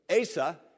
Asa